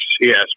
yes